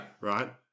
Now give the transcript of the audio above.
Right